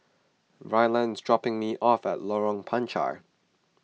Ryland is dropping me off at Lorong Panchar